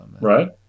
Right